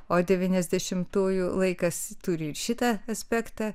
o devyniasdešimtųjų laikas turi ir šitą aspektą